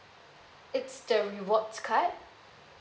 it's the rewards card